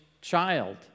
child